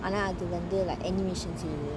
அது வந்து:athu vanthu like animations